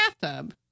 bathtub